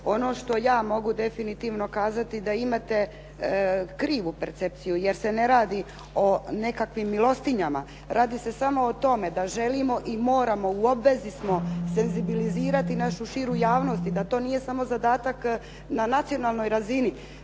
Ono što ja mogu definitivno kazati da imate krivu percepciju jer se ne radi o nekakvim milostinjama. Radi se samo o tome da želimo i moramo, u obvezi smo senzibilizirati našu širu javnost i da to nije samo zadatak na nacionalnoj razini,